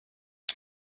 ein